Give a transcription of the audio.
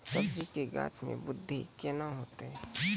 सब्जी के गाछ मे बृद्धि कैना होतै?